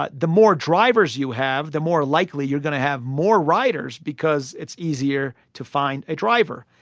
ah the more drivers you have, the more likely you're going to have more riders because it's easier to find a driver.